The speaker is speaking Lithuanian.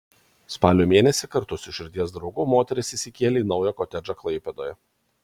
spalio mėnesį kartu su širdies draugu moteris įsikėlė į naują kotedžą klaipėdoje